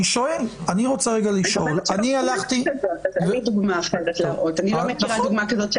אני לא מכירה דוגמה כזאת,